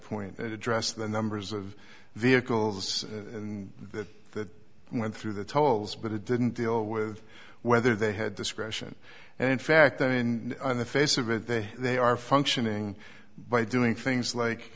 point and address the numbers of vehicles and that that went through the tolls but it didn't deal with whether they had discretion and in fact i mean on the face of it that they are functioning by doing things like